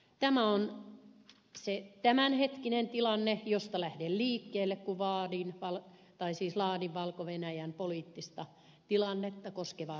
tämä on se tämänhetkinen tilanne josta lähden liikkeelle kun laadin valko venäjän poliittista tilannetta koskevaa raporttia